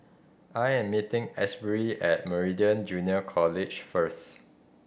I'm meeting Asbury at Meridian Junior College first